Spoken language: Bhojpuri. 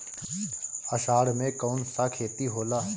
अषाढ़ मे कौन सा खेती होला?